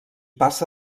passa